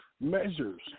measures